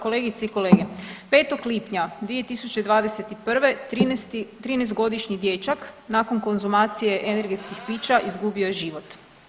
Kolegice i kolege, 5. lipnja 2021. 13-godišnji dječak nakon konzumacije energetskih pića izgubio je život.